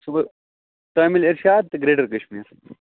سُہ گوٚو تَامِل اِرشاد تہٕ گرٛیٹَر کَشمیٖر